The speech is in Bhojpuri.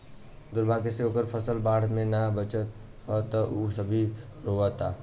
दुर्भाग्य से ओकर फसल बाढ़ में ना बाचल ह त उ अभी रोओता